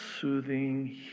soothing